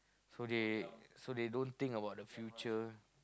so they so they don't think about the future